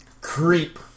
creep